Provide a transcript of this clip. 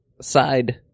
side